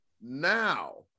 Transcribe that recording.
Now